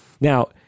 Now